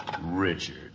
Richard